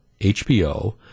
HBO